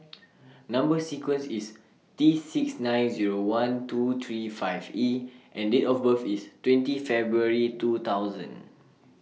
Number sequence IS T six nine Zero one two three five E and Date of birth IS twenty February two thousand